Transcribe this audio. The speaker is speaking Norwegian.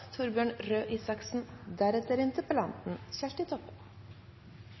Torbjørn Røe Isaksen